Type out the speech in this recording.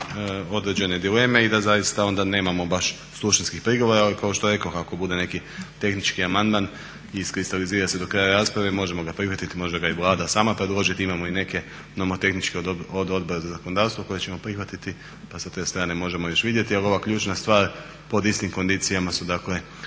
određene dileme i da zaista onda nemamo baš suštinskih prigovora, ali kao što rekoh ako bude neki tehnički amandman iskristalizira se do kraja rasprave možemo ga prihvatiti, možda ga i Vlada sama predloži, a imamo i neke nomotehničke od Odbora za zakonodavstvo koje ćemo prihvatiti pa sa te strane možemo još vidjeti. Ali ova ključna stvar pod istim kondicijama su dakle